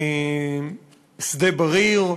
שדה-בריר.